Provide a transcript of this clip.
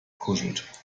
gekuschelt